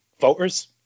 voters